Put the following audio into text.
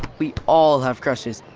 we all have crushes.